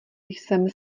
jsem